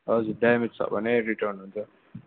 हजुर ड्यामेज छ भने रिटर्न हुन्छ